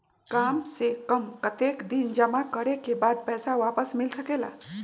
काम से कम कतेक दिन जमा करें के बाद पैसा वापस मिल सकेला?